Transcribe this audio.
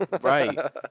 Right